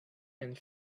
and